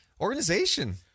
organization